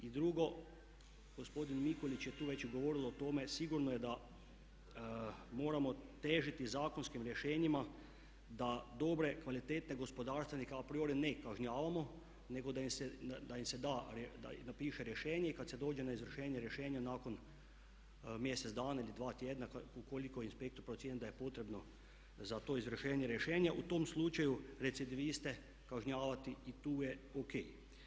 I drugo, gospodin Mikulić je tu već govorio o tome sigurno je da moramo težiti zakonskim rješenjima da dobre, kvalitetne gospodarstvenike a priori ne kažnjavamo nego da im se da i napiše rješenje i kad se dođe na izvršenje rješenja nakon mjesec dana ili dva tjedna ukoliko inspektor procijeni da je potrebno za to izvršenje rješenje u tom slučaju recidiviste kažnjavati i to je ok.